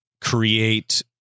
create